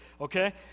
okay